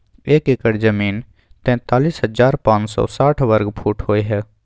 एक एकड़ जमीन तैंतालीस हजार पांच सौ साठ वर्ग फुट होय हय